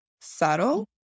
subtle